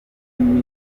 nigeze